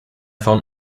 found